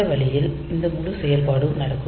இந்த வழியில் இந்த முழு செயல்பாடும் நடக்கும்